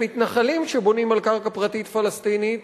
למתנחלים שבונים על קרקע פרטית פלסטינית